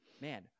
Man